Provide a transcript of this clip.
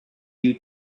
you